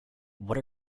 what